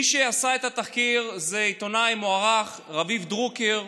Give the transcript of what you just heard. מי שעשה את התחקיר זה עיתונאי מוערך, רביב דרוקר,